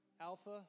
Alpha